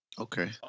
Okay